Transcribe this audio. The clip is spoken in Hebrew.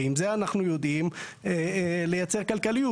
ועם זה אנחנו יודעים לייצר כלכליות.